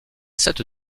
cette